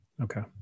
Okay